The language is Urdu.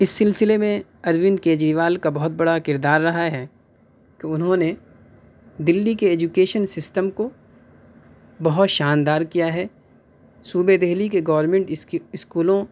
اِس سلسلے میں اروند کیجریوال کا بہت بڑا کردار رہا ہے کہ اُنہوں نے دلّی کے ایجوکیشن سسٹم کو بہت شاندار کیا ہے صوبہ دہلی کے گورنمنٹ اسکی اسکولوں